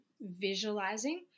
visualizing